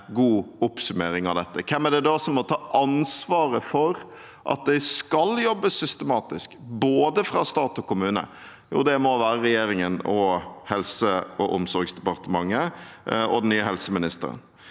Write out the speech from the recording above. Hvem er det da som må ta ansvaret for at det skal jobbes systematisk både fra stat og kommune? Jo, det må være regjeringen og Helse- og omsorgsdepartementet og den nye helseministeren.